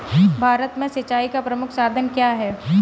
भारत में सिंचाई का प्रमुख साधन क्या है?